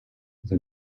the